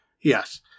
Yes